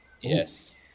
Yes